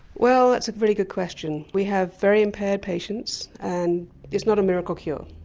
well that's a very good question. we have very impaired patients and it's not a miracle cure.